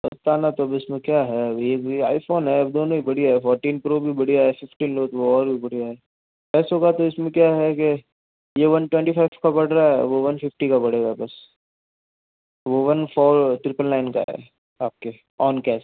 बताना तो अब उसमे क्या है अभी ये भी आईफोन है दोनो ही बढ़िया है फोर्टीन प्रो भी बढ़िया है फिफ्टीन लो तो और भी बढ़िया है ऐसे होगा तो इसमें क्या है के ये वन ट्वेंटी फाइव का पड़ रहा है वो वन फिफ्टी का पड़ेगा बस वो वन फोर ट्रिपल नाइन का है आपके ऑन कैश